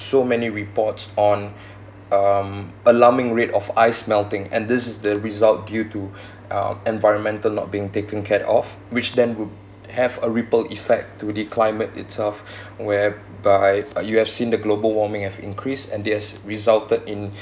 so many reports on um alarming rate of ice melting and this is the result due to uh environmental not being taken care of which then would have a ripple effect to the climate itself where by uh you have seen the global warming have increased and that's resulted in